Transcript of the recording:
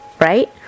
right